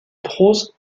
prose